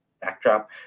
backdrop